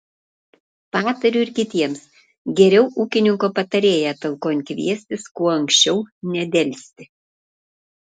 patariu ir kitiems geriau ūkininko patarėją talkon kviestis kuo anksčiau nedelsti